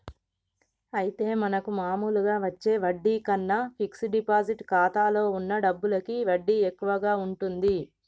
అయితే మనకు మామూలుగా వచ్చే వడ్డీ కన్నా ఫిక్స్ డిపాజిట్ ఖాతాలో ఉన్న డబ్బులకి వడ్డీ ఎక్కువగా ఉంటుంది